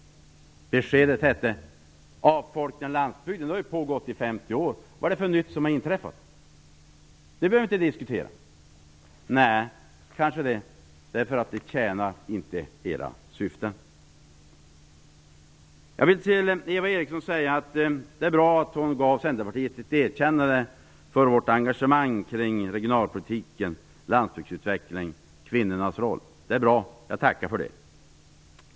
Beskedet hette: "Avfolkningen av landsbygden har ju pågått i 50 år. Vad är det för nytt som har inträffat? Det behöver vi inte diskutera." Nej, kanske inte det, för det tjänar inte era syften. Jag vill till Eva Eriksson säga att det är bra att hon gav Centerpartiet sitt erkännande för vårt engagemang kring regionalpolitik, landsbygdsutveckling och kvinnornas roll. Jag tackar för det.